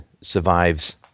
survives